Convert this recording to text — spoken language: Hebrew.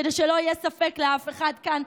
כדי שלא יהיה ספק לאף אחד כאן,